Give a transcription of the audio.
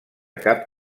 cap